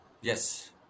Yes